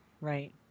Right